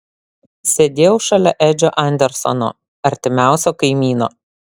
sėdėjau šalia edžio andersono artimiausio kaimyno